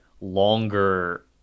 longer